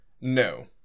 No